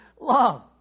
love